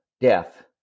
death